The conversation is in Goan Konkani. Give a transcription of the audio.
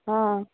आं